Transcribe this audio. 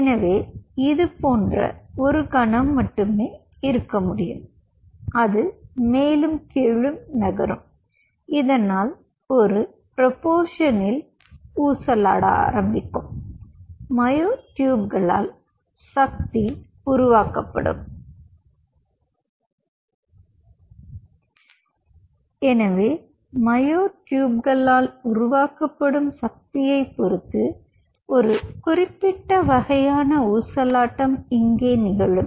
எனவே இது போன்ற ஒரு கணம் மட்டுமே இருக்க முடியும் அது மேலும் கீழும் நகரும் இதனால் ஒரு ப்ரோபோர்சனில் ஊசலாடும் மயோட்யூப்களால் சக்தி உருவாக்கப்படும் எனவே மயோட்யூப்களால் உருவாக்கப்படும் சக்தியைப் பொறுத்து ஒரு குறிப்பிட்ட வகையான ஊசலாட்டம் இங்கே நிகழும்